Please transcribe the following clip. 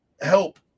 help